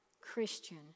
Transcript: Christian